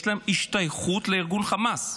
יש להם השתייכות לארגון חמאס.